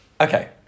Okay